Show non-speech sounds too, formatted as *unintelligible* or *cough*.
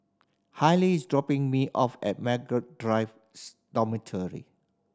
Haylie is dropping me off at Margaret Drive *unintelligible* Dormitory